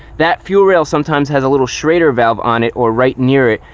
that fuel rail sometimes has a little schrader valve on it or right near it,